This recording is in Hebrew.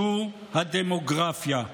זו הדמוגרפיה.